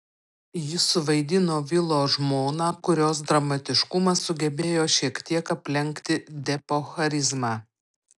ji suvaidino vilo žmoną kurios dramatiškumas sugebėjo šiek tiek aplenkti depo charizmą